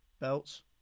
belts